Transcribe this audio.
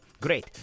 great